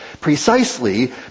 precisely